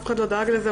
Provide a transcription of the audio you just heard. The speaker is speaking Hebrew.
אף אחד לא דאג לזה.